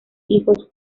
hijos